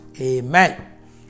Amen